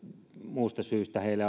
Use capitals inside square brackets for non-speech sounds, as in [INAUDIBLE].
muusta syystä heillä [UNINTELLIGIBLE]